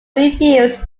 refused